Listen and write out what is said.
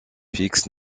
fix